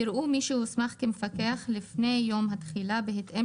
יראו מי שהוסמך כמפקח לפני יום התחילה בהתאם